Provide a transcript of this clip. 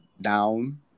down